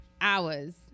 hours